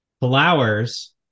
flowers